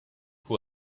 who